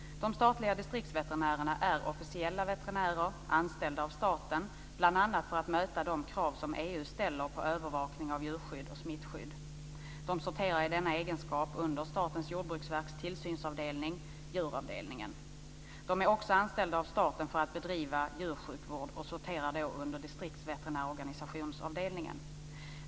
De statliga distriktsveterinärerna är officiella veterinärer anställda av staten, bl.a. för att möta de krav som EU ställer på övervakning av djurskydd och smittskydd. De sorterar i denna egenskap under Statens jordbruksverks tillsynsavdelning - djuravdelningen. De är också anställda av staten för att bedriva djursjukvård, och de sorterar under avdelningen för distriktsveterinärorganisationen.